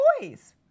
boys